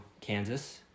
Kansas